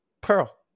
Pearl